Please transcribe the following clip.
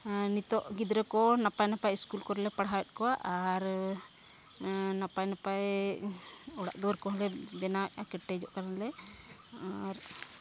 ᱦᱮᱸ ᱱᱤᱛᱳᱜ ᱜᱤᱫᱽᱨᱟᱹ ᱠᱚ ᱱᱟᱯᱟᱭ ᱱᱟᱯᱟᱭ ᱤᱥᱠᱩᱞ ᱠᱚᱨᱮᱞᱮ ᱯᱟᱲᱦᱟᱣᱮᱫ ᱠᱚᱣᱟ ᱟᱨ ᱱᱟᱯᱟᱭ ᱱᱟᱯᱟᱭ ᱚᱲᱟᱜ ᱫᱩᱣᱟᱹᱨ ᱠᱚᱦᱚᱸᱞᱮ ᱵᱮᱱᱟᱣᱮᱜᱼᱟ ᱠᱮᱴᱮᱡᱚᱜ ᱠᱟᱱᱟᱞᱮ ᱟᱨ